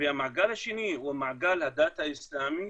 המעגל השני הוא מעגל הדת האיסלמי,